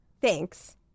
Thanks